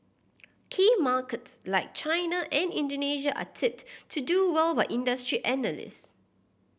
key markets like China and Indonesia are tipped to do well by industry analyst